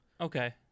Okay